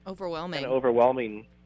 overwhelming